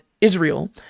Israel